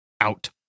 out